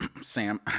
Sam